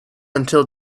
until